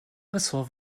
ressort